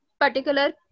particular